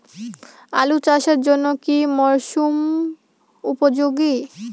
আলু চাষের জন্য কি মরসুম উপযোগী?